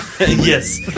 Yes